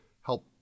help